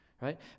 right